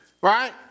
right